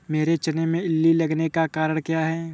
मेरे चने में इल्ली लगने का कारण क्या है?